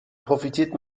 profitiert